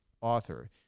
author